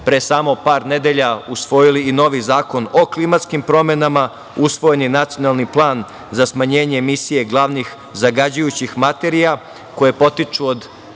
pre samo par nedelja usvojili i novi Zakon o klimatskim promenama. Usvojen je nacionalni plan za smanjenje emisije glavnih zagađujućih materija koje potiču od